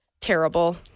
terrible